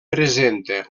presenta